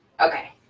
Okay